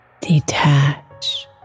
Detach